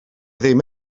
ddim